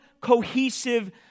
cohesive